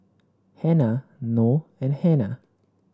Hana Noh and Hana